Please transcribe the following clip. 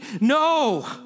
No